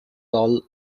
tall